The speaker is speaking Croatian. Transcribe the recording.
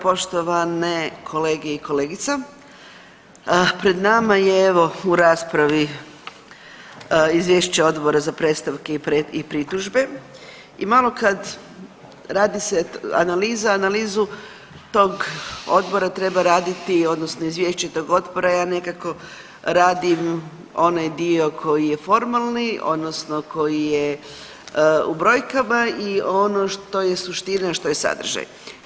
Poštovane kolege i kolegice, pred nama je evo u raspravi Izvješće Odbora za predstavke i pritužbe i malo kad radi se analiza, analizu tog odbora treba raditi odnosno izvješće tog odbora ja nekako radim onaj dio koji je formalni odnosno koji je u brojkama i ono što je suština, a što je sadržaj.